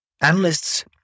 Analysts